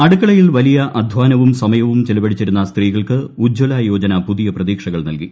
അടുക്കളയിൽ വലിയ അദ്ധാനവും സമയവും ചിലവഴിച്ചിരുന്ന സ്ത്രീകൾക്ക് ഉജ്ജ്വല യോജന പുതിയ പ്രതീക്ഷകൾ നൽകി